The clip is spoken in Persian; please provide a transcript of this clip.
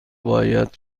باید